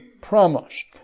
promised